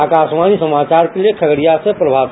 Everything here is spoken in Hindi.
आकाशवाणी समाचार के लिए खगड़िया से प्रभात सुमन